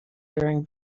during